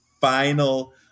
final